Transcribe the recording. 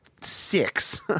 six